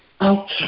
Okay